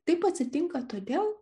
taip atsitinka todėl